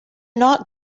not